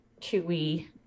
chewy